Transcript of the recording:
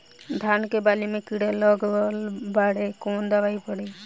धान के बाली में कीड़ा लगल बाड़े कवन दवाई पड़ी?